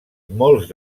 molts